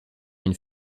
une